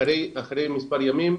אחרי מספר ימים,